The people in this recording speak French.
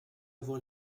voir